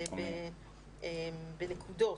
בנקודות.